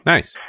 Nice